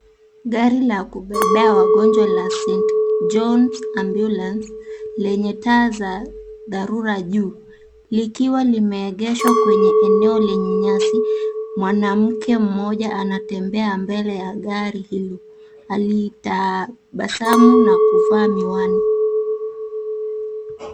Gari la kubebea wagonjwa la St. Johns Ambulance lenye taa za dharura juu likiwa limeegeshwa kwenye eneo lenye nyasi. Mwanamke mmoja anatembea mbele ya gari hilo alitabasamu na kuvaa miwani.